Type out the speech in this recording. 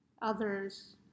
others